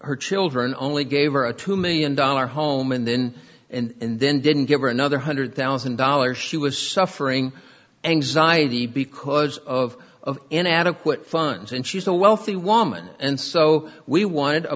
her children only gave her a two million dollar home and then and then didn't give her another hundred thousand dollars she was suffering anxiety because of inadequate funds and she's a wealthy woman and so we wanted a